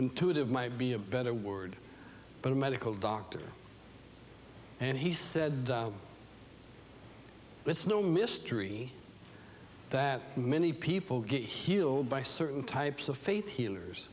intuitive might be a better word but a medical doctor and he said it's no mystery that many people get healed by certain types of faith healers